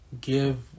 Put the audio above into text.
give